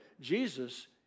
Jesus